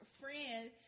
friend